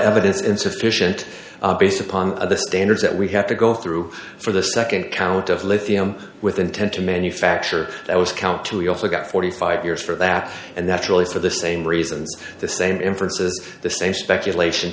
evidence insufficient based upon the standards that we have to go through for the nd count of lithium with intent to manufacture that was count two we also got forty five years for that and that's really for the same reasons the same inferences the same speculation